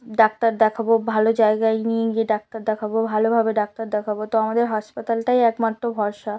doctor দেখাবো ভালো জায়গায় নিয়ে গিয়ে ডাক্তার দেখাবো ভালোভাবে ডাক্তার দেখাবো তো আমাদের হাসপাতালটাই একমাত্র ভরসা